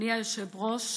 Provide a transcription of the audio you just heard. אדוני היושב-ראש,